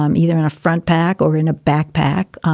um either in a front pack or in a backpack,